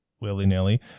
willy-nilly